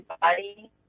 body